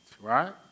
right